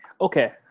Okay